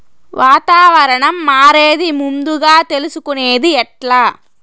వాతావరణం మారేది ముందుగా తెలుసుకొనేది ఎట్లా?